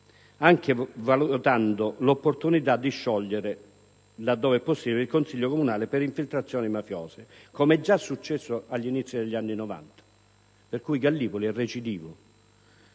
anche valutando l'opportunità di sciogliere, laddove possibile, il Consiglio comunale per infiltrazioni mafiose, come già successo all'inizio degli anni '90 - per cui Gallipoli è recidiva